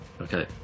Okay